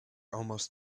almost